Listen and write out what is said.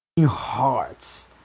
hearts